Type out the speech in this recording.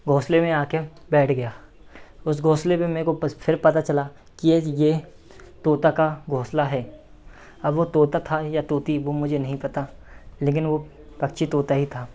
घोंसले में आकर बैठ गया उस घोंसले में मेरे को फिर पता चला कि यह यह तोता का घोंसला है अब वह तोता था या तोती वह मुझे नहीं पता लेकिन वह पक्षी तोता ही था